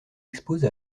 expose